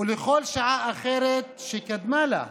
ולכל שעה אחרת שקדמה לה.